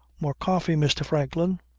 more coffee, mr. franklin?